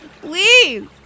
Please